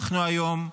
אנחנו היום,